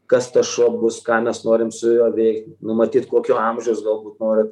kas tas šuo bus ką mes norim su juo veikt numatyt kokio amžiaus galbūt norit